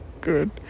good